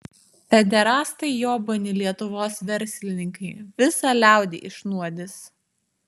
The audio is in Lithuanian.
pederastai jobani lietuvos verslininkai visą liaudį išnuodys